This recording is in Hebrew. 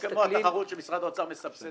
אנחנו מסתכלים --- לא כמו התחרות שמשרד האוצר מסבסד